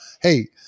Hey